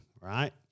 right